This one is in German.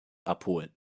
abholen